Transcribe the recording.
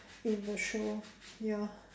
in the show ya